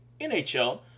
NHL